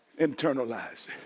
Internalize